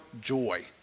joy